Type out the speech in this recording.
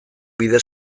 bide